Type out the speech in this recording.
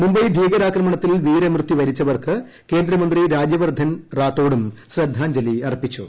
മുബൈ ്ലീക്ട്രാക്രമണത്തിൽ വീരമൃത്യു വരിച്ചവർക്ക് കേന്ദ്രമന്ത്രി രാജ്യവർദ്ധൻ റാത്തോഡും ശ്രദ്ധാജ്ഞലി അർപ്പിച്ചു